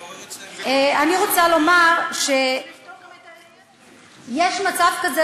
אני רוצה לומר שיש מצב כזה,